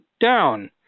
down